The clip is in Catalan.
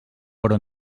però